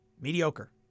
Mediocre